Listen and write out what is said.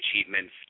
achievements